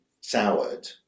soured